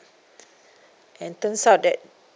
and turns out that